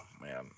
man